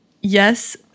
yes